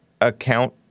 account